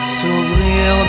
s'ouvrir